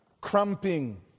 cramping